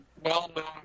well-known